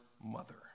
mother